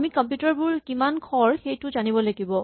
আমাৰ কম্পিউটাৰ বোৰ কিমান খৰ আমি সেইটো জানিব লাগিব